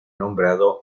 nombrado